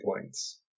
points